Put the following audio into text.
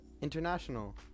international